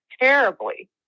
terribly